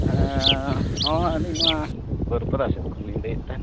ᱦᱮᱸ ᱦᱳᱭ ᱟᱹᱞᱤᱧ ᱱᱚᱣᱟ ᱵᱟᱹᱨᱤᱯᱟᱫᱟ ᱥᱮᱫ ᱠᱷᱚᱱ ᱞᱤᱧ ᱞᱟᱹᱭᱮᱫ ᱛᱟᱦᱮᱱ